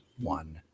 one